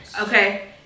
okay